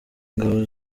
ingabo